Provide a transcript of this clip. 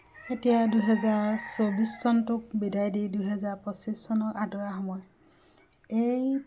তেতিয়া দুহেজাৰ চৌবিছ চনটোক বিদায় দি দুহেজাৰ পঁচিছ চনক আদৰা সময় এই